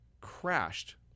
crashed